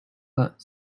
but